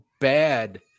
bad